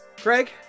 Craig